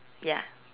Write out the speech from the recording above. ya